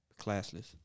classless